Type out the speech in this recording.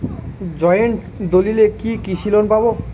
Joint দলিলে কি কৃষি লোন পাব?